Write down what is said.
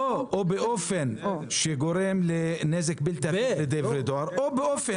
או באופן שגורם לנזק בלתי הפיך לדברי דואר או באופן...